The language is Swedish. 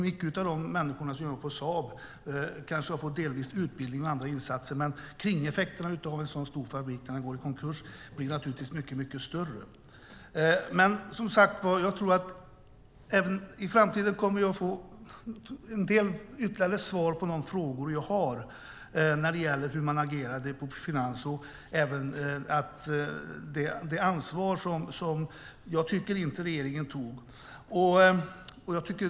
Många av dem som jobbade på Saab har delvis fått utbildning och andra insatser, men kringeffekterna när en sådan stor fabrik går i konkurs blir naturligtvis mycket stora. Men som sagt tror jag att jag i framtiden kommer att få en del ytterligare svar på de frågor jag har när det gäller Finansdepartementets agerande och det ansvar som jag tycker att regeringen inte tog.